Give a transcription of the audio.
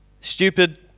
stupid